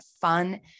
fun